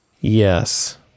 Yes